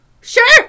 Sure